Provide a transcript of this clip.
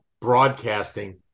broadcasting